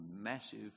massive